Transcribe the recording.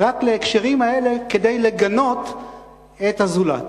רק להקשרים האלה, כדי לגנות את הזולת.